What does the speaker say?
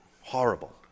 Horrible